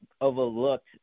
overlooked